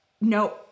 no